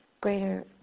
greater